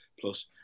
plus